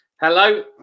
hello